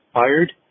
fired